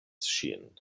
ŝin